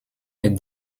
est